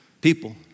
people